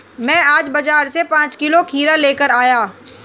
मैं आज बाजार से पांच किलो खीरा लेकर आया